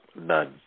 none